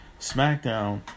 SmackDown